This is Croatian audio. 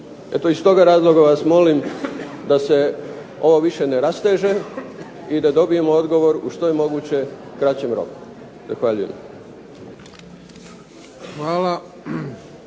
iz toga razloga vas molim da se ovo više ne rasteže i da dobijemo odgovor u što je moguće kraćem roku.